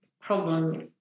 problem